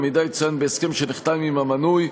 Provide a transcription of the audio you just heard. המידע יצוין בהסכם שנחתם עם המנוי,